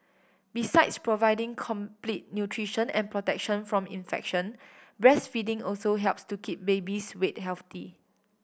besides providing complete nutrition and protection from infection breastfeeding also helps to keep baby's weight healthy